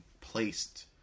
placed